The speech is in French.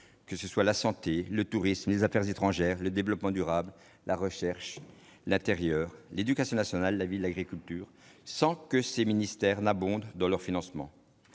que ce soient la santé, le tourisme, les affaires étrangères, le développement durable, la recherche, l'intérieur, l'éducation nationale, la ville, l'agriculture, sans que ces ministères les financent